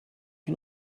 can